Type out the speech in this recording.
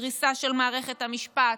דריסה של מערכת המשפט,